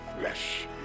flesh